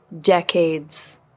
decades